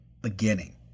beginning